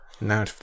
Now